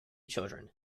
children